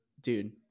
dude